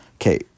Okay